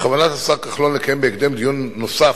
בכוונת השר כחלון לקיים בהקדם דיון נוסף,